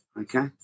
okay